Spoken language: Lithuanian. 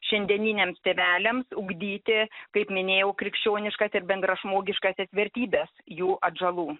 šiandieniniams tėveliams ugdyti kaip minėjau krikščioniškas ir bendražmogiškąsias vertybes jų atžalų